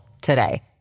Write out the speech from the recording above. today